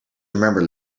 remember